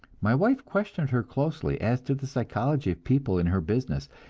my wife questioned her closely as to the psychology of people in her business,